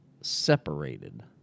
separated